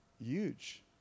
huge